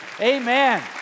Amen